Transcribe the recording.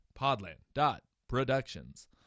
podland.productions